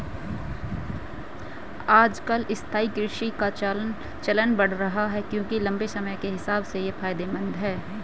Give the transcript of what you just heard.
आजकल स्थायी कृषि का चलन बढ़ रहा है क्योंकि लम्बे समय के हिसाब से ये फायदेमंद है